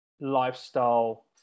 lifestyle